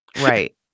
right